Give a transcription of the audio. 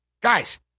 Guys